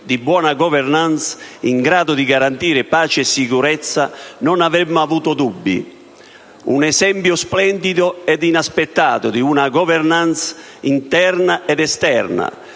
di buona *governance*, in grado di garantire pace e sicurezza, non avremmo avuto dubbi. Un esempio splendido ed inaspettato di una *governance* interna ed esterna,